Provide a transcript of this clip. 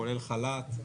כולל חל"ת.